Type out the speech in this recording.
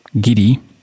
Giddy